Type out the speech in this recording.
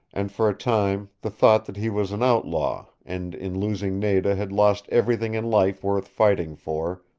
and for a time the thought that he was an outlaw, and in losing nada had lost everything in life worth righting for,